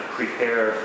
prepare